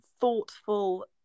thoughtful